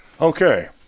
Okay